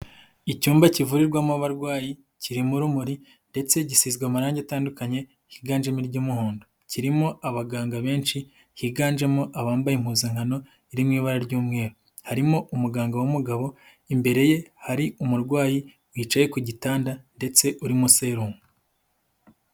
Icyumba kivurirwamo abarwayi kirimo urumuri ndetse gisizwe amarangi atandukanye higanjemo iry'umuhondo, kirimo abaganga benshi higanjemo abambaye impuzankano iri mu ibara ry'umweru, harimo umuganga w'umugabo, imbere ye hari umurwayi wicaye ku gitanda ndetse urimo serumu.